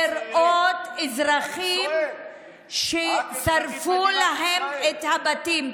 אני נסעתי לחווארה כדי לראות אזרחים ששרפו להם את הבתים.